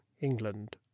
england